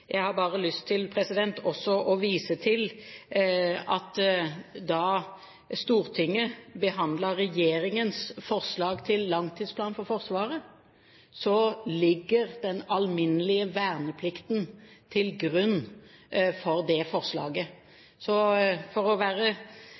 Jeg har bare lyst til også å vise til at da Stortinget behandlet regjeringens forslag til langtidsplan for Forsvaret, lå den alminnelige verneplikten til grunn for det forslaget.